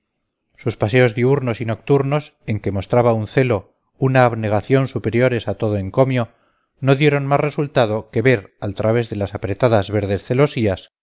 sus paseos diurnos y nocturnos en que mostraba un celo una abnegación superiores a todo encomio no dieron más resultado que ver al través de las apretadas verdes celosías